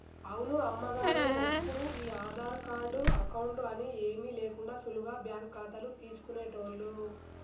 అవును అమ్మగారు ఒప్పుడు ఈ ఆధార్ కార్డు అకౌంట్ అని ఏమీ లేకుండా సులువుగా బ్యాంకు ఖాతాలు తీసుకునేటోళ్లు